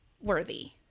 worthy